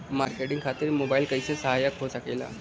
Marketing खातिर mobile कइसे सहायक हो सकेला?